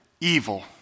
evil